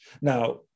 Now